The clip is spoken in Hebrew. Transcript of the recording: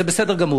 זה בסדר גמור.